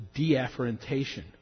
deafferentation